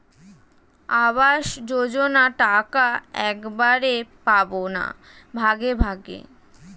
আবাস যোজনা টাকা একবারে পাব না ভাগে ভাগে?